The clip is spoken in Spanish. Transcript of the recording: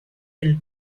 del